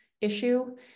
issue